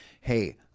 hey